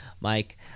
Mike